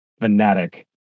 fanatic